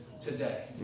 today